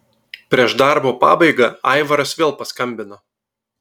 prieš darbo pabaigą aivaras vėl paskambino